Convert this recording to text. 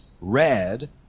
red